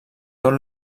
tot